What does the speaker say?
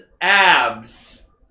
abs